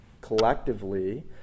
collectively